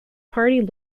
party